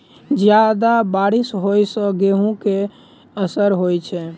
जियादा बारिश होइ सऽ गेंहूँ केँ असर होइ छै?